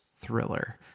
Thriller